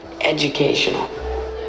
educational